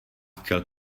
chtěl